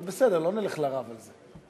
אבל בסדר, לא נלך לרב על זה.